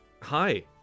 hi